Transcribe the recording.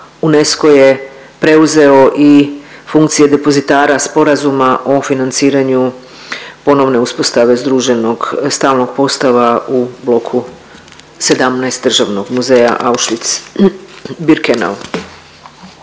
UNESCO je preuzeo i funkcije depozitara sporazuma o financiranju ponovne uspostave združenog stalnog postava u bloku 17 Državnog muzeja Auschwitz-Birkenau.